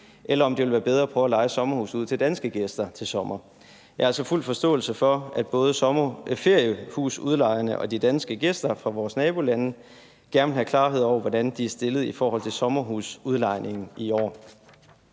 eller om det vil være bedre at prøve at leje sommerhuset ud til danske gæster til sommer. Jeg har altså fuld forståelse for, at både feriehusudlejerne og de udenlandske gæster fra vores nabolande gerne vil have klarhed over, hvordan de er stillet i forhold til sommerhusudlejningen i år.